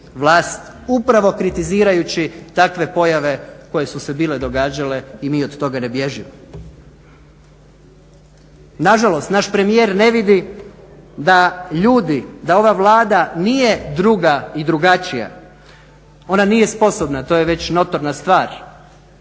vlast upravo kritizirajući takve pojave koje su se bile događale i mi od toga ne bježimo. Nažalost, naš premijer ne vidi da ljudi, da ova Vlada nije druga i drugačija, ona nije sposobna, to je već notorna stvar,